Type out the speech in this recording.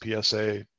PSA